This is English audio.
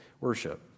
worship